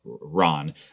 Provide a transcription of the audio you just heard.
Ron